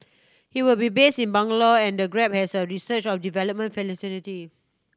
he will be base in Bangalore and the Grab has a research and development facility